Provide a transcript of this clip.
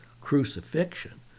crucifixion